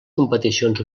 competicions